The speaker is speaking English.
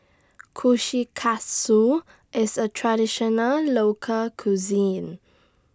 Kushikatsu IS A Traditional Local Cuisine